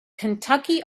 kentucky